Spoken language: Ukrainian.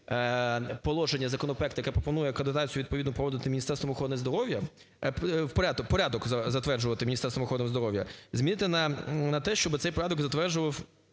положення законопроекту, яке пропонує акредитацію відповідно проводити Міністерством охорони здоров'я… порядок затверджувати Міністерством охорони здоров'я, змінити на те, щоб цей порядок затверджував